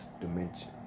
dimension